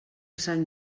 sant